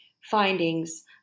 findings